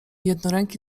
jednoręki